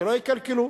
שלא יקלקלו.